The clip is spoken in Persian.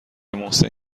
محسن